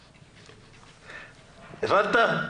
הבנת?